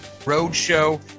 roadshow